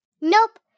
Nope